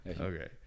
Okay